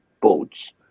boats